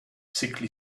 sickly